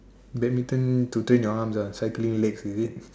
badminton to train your arms ah cycling legs is it